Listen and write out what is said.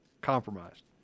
Compromised